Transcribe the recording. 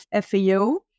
FAO